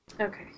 Okay